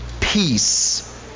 Peace